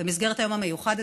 במסגרת היום המיוחד הזה,